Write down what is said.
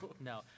no